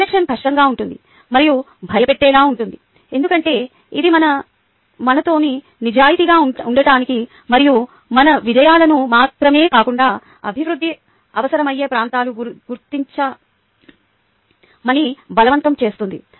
reflection కష్టంగా ఉంటుంది మరియు భయపెట్టేలా ఉంటుంది ఎందుకంటే ఇది మనతో నిజాయితీగా ఉండటానికి మరియు మన విజయాలను మాత్రమే కాకుండా అభివృద్ధి అవసరమయ్యే ప్రాంతాలు గుర్తించమని బలవంతం చేస్తుంది